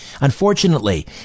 Unfortunately